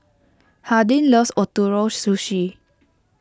Hardin loves Ootoro Sushi